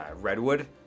redwood